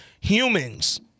humans